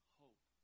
hope